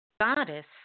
goddess